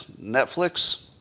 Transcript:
Netflix